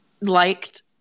liked